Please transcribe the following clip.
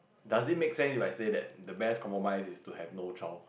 does it make sense if I said that the best compromise is to have no child